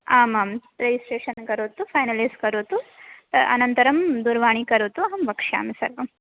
आमां रेजिस्ट्रेषन् करोतु फ़ैनलैस् करोतु अनन्तरं दूरवाणी करोतु अहं वक्ष्यामि सर्वं